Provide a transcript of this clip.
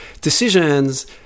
decisions